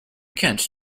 can’t